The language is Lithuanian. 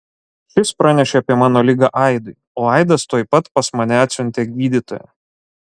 šis pranešė apie mano ligą aidui o aidas tuoj pat pas mane atsiuntė gydytoją